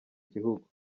gihugu